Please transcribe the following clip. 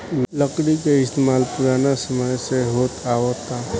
लकड़ी के इस्तमाल पुरान समय से होत आवता